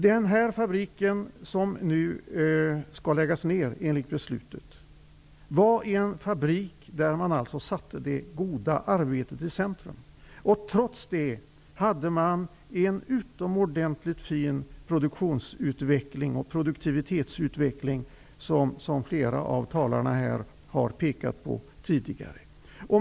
Den här fabriken som nu skall läggas ner enligt beslutet var en fabrik där man satte det goda arbetet i centrum. Trots det hade man en utomordentligt fin produktions och produktivitetsutveckling, som flera av talarna har pekat på tidigare.